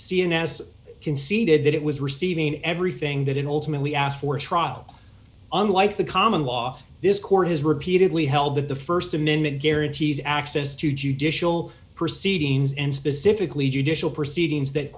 has conceded that it was receiving everything that it ultimately asked for a trial unlike the common law this court has repeatedly held that the st amendment guarantees access to judicial proceedings and specifically judicial proceedings that